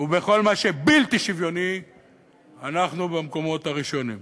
ובכל מה שבלתי שוויוני אנחנו במקומות הראשונים,